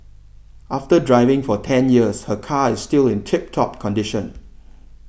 after driving for ten years her car is still in tip top condition